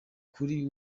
kuri